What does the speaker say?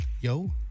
Yo